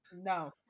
no